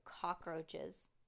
cockroaches